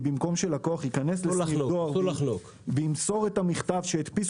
הלקוחות הגדולים ממילא לא הולכים